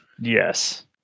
Yes